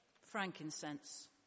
frankincense